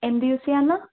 എന്ത് യൂസ് ചെയ്യാമെന്നാണ്